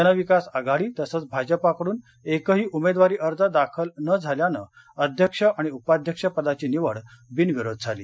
जनविकास आघाडी तसंच भाजपा कडून एकही उमेदवारी अर्ज दाखल न झाल्याने अध्यक्ष आणि उपाध्यक्ष पदाची निवड बिनविरोध झाली